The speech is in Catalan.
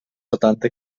setanta